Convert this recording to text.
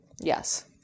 Yes